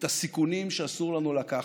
את הסיכונים שאסור לנו לקחת,